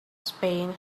spain